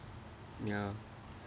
ya